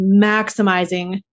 maximizing